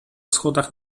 schodach